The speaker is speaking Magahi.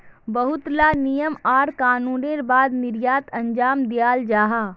बहुत ला नियम आर कानूनेर बाद निर्यात अंजाम दियाल जाहा